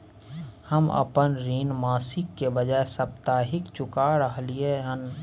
हम अपन ऋण मासिक के बजाय साप्ताहिक चुका रहलियै हन